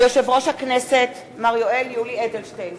ויושב-ראש הכנסת מר יולי יואל אדלשטיין.